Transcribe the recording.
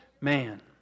man